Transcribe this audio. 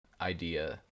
idea